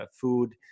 food